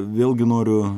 vėlgi noriu